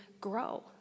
grow